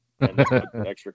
extra